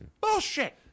bullshit